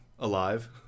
alive